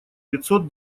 пятьсот